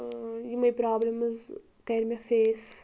یِمے پَرابلِمز کٔرۍ مےٚ فیَس